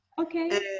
okay